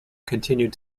continued